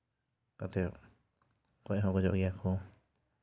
ᱠᱟᱛᱮᱫ ᱜᱚᱡ ᱦᱚᱸ ᱜᱚᱡᱚᱜ ᱜᱮᱭᱟ ᱠᱚ